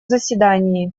заседании